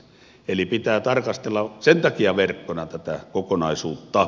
eli pitää tarkastella sen takia verkkona tätä kokonaisuutta